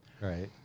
Right